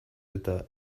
eta